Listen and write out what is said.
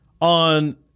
on